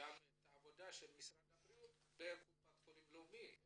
את העבודה של משרד הבריאות בקופת חולים לאומית,